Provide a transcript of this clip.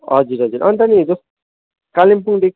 हजुर हजुर अन्त नि हिजो कालिम्पोङदेखि